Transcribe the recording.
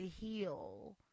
heal